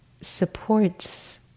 supports